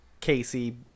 Casey